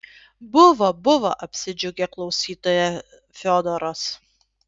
buvo buvo apsidžiaugė klausytoja fiodoras